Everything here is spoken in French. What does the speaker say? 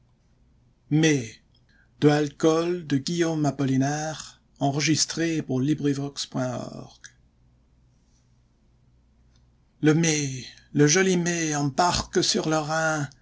le mai le joli mai en barque sur le rhin